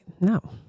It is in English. No